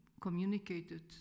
communicated